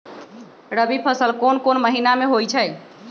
रबी फसल कोंन कोंन महिना में होइ छइ?